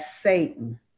Satan